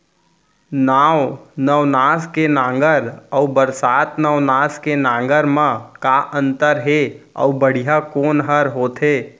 नौ नवनास के नांगर अऊ बरसात नवनास के नांगर मा का अन्तर हे अऊ बढ़िया कोन हर होथे?